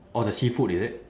orh the seafood is it